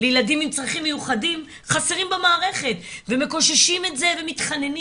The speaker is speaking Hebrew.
לילדים עם צרכים מיוחדים חסרים במערכת ומקוששים את זה ומתחננים